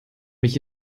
mich